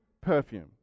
perfume